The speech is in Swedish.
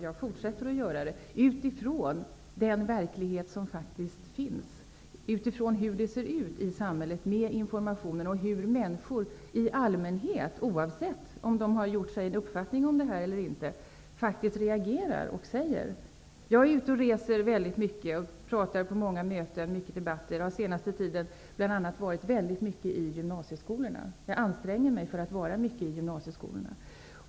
Jag fortsätter att kritisera utifrån den verklighet som finns, utifrån hur det ser ut i samhället när det gäller informationen och utifrån hur människor i allmänhet, oavsett om de har någon uppfattning i EG-frågan eller inte, reagerar. Jag är ute och reser väldigt mycket och har deltagit i många möten och debatter. Under den senaste tiden har jag bl.a. varit mycket i gymnasieskolorna -- jag anstränger mig för att ofta vara i gymnasieskolorna.